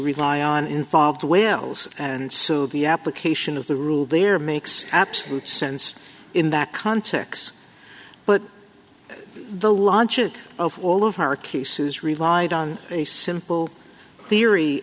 rely on involved wales and so the application of the rule there makes absolute sense in that context but the lancia of all of her cases relied on a simple theory